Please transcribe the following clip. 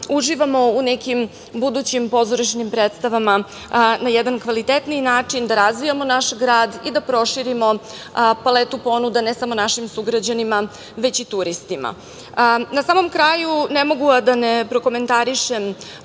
uživamo u nekim budućim pozorišnim predstavama na jedan kvalitetniji način, da razvijamo naš grad i da proširimo paletu ponuda ne samo našim sugrađanima već i turistima. Na samom kraju, ne mogu a da ne prokomentarišem